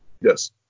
Yes